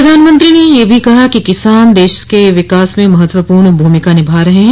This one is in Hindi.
प्रधानमंत्री ने यह भी कहा कि किसान देश के विकास में महत्वपूर्ण भूमिका निभा रहे हैं